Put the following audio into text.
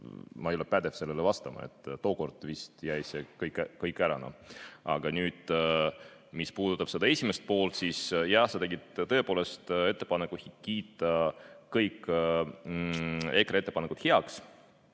ma ei ole ilmselt pädev vastama. Tookord vist jäi see kõik ära. Aga nüüd, mis puudutab seda esimest poolt, siis jah, sa tegid tõepoolest ettepaneku kiita kõik EKRE ettepanekud heaks.